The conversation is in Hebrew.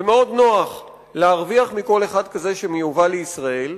ומאוד נוח להרוויח מכל אחד כזה שמיובא לישראל,